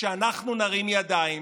כשאנחנו נרים ידיים,